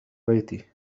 بيتي